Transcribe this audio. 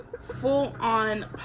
full-on